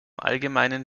allgemeinen